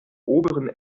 oberen